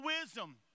wisdom